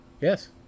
Yes